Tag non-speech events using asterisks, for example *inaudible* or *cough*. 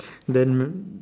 *breath* then